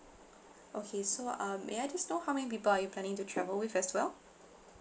okay so um may I just know how many people are you planning to travel with as well